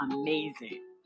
amazing